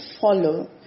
follow